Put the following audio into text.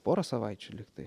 porą savaičių lygtai